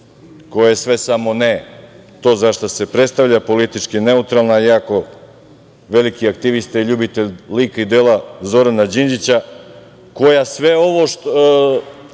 je sve samo ne to za šta se predstavlja, politički neutralna, jako veliki aktivista i ljubitelj lika i dela Dragana Đilasa, koja sve ovo